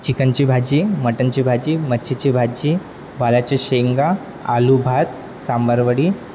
चिकनची भाजी मटनची भाजी मच्छीची भाजी वालाचे शेंगा आलूभात सांबारवडी